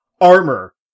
Armor